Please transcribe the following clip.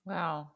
Wow